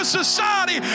society